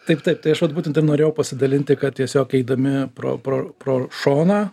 taip taip tai aš vat būtent ir norėjau pasidalinti kad tiesiog eidami pro pro šoną